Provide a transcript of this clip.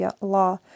law